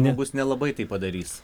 žmogus nelabai tai padarys